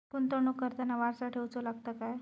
गुंतवणूक करताना वारसा ठेवचो लागता काय?